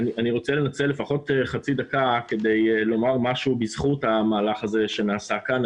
אני רוצה לנצל לפחות חצי דקה כדי לומר משהו בזכות המהלך הזה שנעשה כאן.